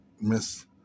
Miss